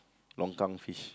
Longkang fish